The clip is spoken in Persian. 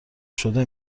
شده